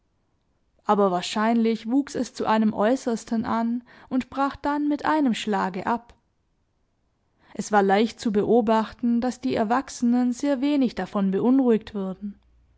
aber wahrscheinlich wuchs es zu einem äußersten an und brach dann mit einem schlage ab es war leicht zu beobachten daß die erwachsenen sehr wenig davon beunruhigt wurden